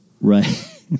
Right